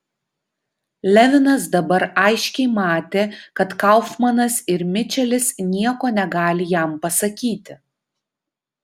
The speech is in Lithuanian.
levinas dabar aiškiai matė kad kaufmanas ir mičelis nieko negali jam pasakyti